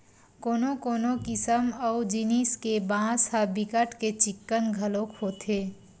कोनो कोनो किसम अऊ जिनिस के बांस ह बिकट के चिक्कन घलोक होथे